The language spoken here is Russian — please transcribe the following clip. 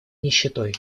нищетой